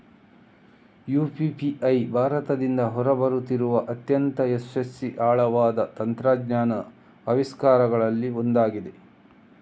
UPI ಭಾರತದಿಂದ ಹೊರ ಬರುತ್ತಿರುವ ಅತ್ಯಂತ ಯಶಸ್ವಿ ಆಳವಾದ ತಂತ್ರಜ್ಞಾನದ ಆವಿಷ್ಕಾರಗಳಲ್ಲಿ ಒಂದಾಗಿದೆ